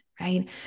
right